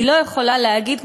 היא לא יכולה להגיד,